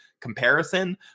comparison